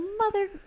mother